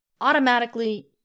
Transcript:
automatically